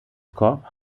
corps